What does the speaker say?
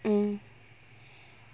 mm